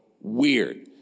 weird